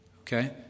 Okay